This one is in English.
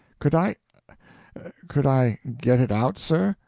could i could i get it out, sir?